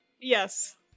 yes